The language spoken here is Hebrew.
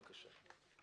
בבקשה.